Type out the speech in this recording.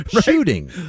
shooting